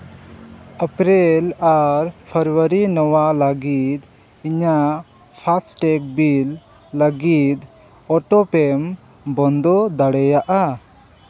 April ᱟᱨ February ᱱᱚᱣᱟ ᱞᱟᱹᱜᱤᱫ ᱤᱧᱟᱹᱜ ᱯᱷᱟᱥᱴᱮᱜᱽ ᱵᱤᱞ ᱞᱟᱹᱜᱤᱫ ᱚᱴᱳ ᱯᱮᱹᱢ ᱵᱚᱱᱫᱚ ᱫᱟᱲᱮᱭᱟᱜᱼᱟ